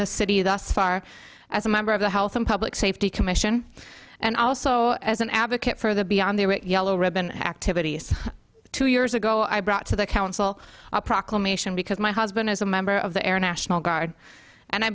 the city thus far as a member of the health and public safety commission and also as an advocate for the beyond their yellow ribbon activities two years ago i brought to the council a proclamation because my husband is a member of the air national guard and i